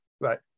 right